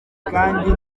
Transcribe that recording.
kandi